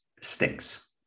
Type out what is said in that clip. stinks